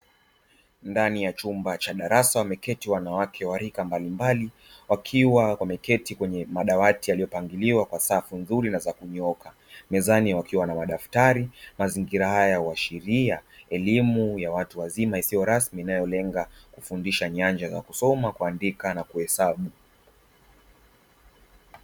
Ndani ya chumba cha darasa wameketi wanawake wa rika mbalimbali, wakiwa wameketi kwenye madawati yaliyopangiliwa kwa safu nzuri za kunyooka, mezani wakiwa na madaftari, mazingira haya huashiria elimu ya watu wazima inayorenga kufundisha nyanja ya; kusoma, kuandika na kuhesabu.